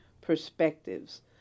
perspectives